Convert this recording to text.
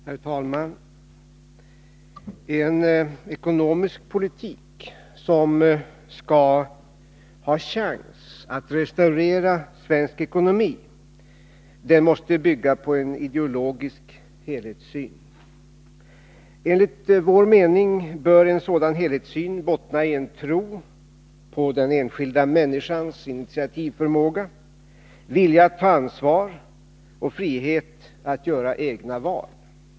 Herr talman! En ekonomisk politik som skall ha chans att restaurera svensk ekonomi måste bygga på en ideologisk helhetssyn. Enligt vår mening bör en sådan helhetssyn bottna i en tro på den enskilda människans initiativförmåga, vilja att ta ansvar och frihet att göra egna val.